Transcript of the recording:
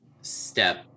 step